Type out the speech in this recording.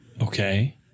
Okay